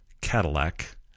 Cadillac